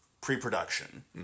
pre-production